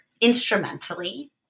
instrumentally